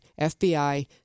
FBI